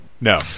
no